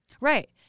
Right